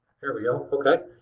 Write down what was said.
here we go. okay.